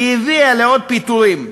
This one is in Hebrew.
היא הביאה לעוד פיטורים,